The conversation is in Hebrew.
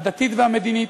הדתית והמדינית,